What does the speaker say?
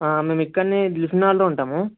మేము ఇక్కడనే దిల్షుక్నగర్లో ఉంటాము